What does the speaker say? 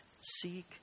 seek